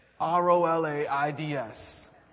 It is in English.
R-O-L-A-I-D-S